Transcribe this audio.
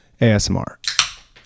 ASMR